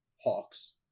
Hawks